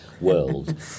world